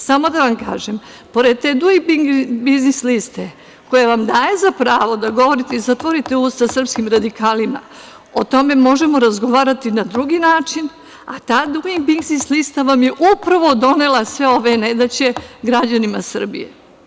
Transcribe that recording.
Samo da vam kažem, pored te „Duing biznis liste“ koja vam daje za pravo da govorite i zatvorite usta srpskim radikalima, o tome možemo razgovarati na drugi način, a ta „Duing biznis lista“ vam je upravo donela sve ove nedaće građanima Srbije.